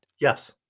Yes